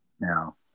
Now